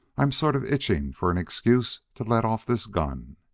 i'm sort of itching for an excuse to let off this gun.